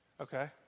Okay